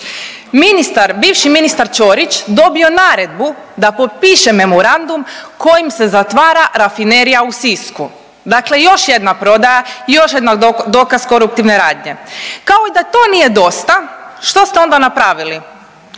bivši ministar Ćorić dobio naredbu da potpiše memorandum kojim se zatvara Rafinerija u Sisku. Dakle, još jedna prodaja, još jedan dokaz koruptivne radnje. Kao da to nije dosta, što ste onda napravili?